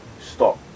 stop